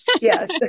Yes